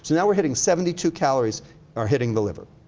so now we're hitting seventy two calories are hitting the liver.